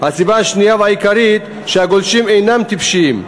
הסיבה השנייה והעיקרית היא שהגולשים אינם טיפשים,